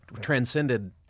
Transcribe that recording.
transcended